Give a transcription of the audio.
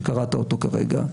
שקראת אותו כרגע,